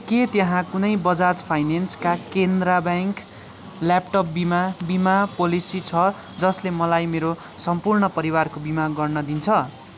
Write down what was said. के त्याहाँ कुनै बजाज फाइनियेन्सका केन्द्र ब्याङ्क ल्यापटप बिमा बिमा पोलेसी छ जसले मलाई मेरो सम्पूर्ण परिवारको बिमा गर्न दिन्छ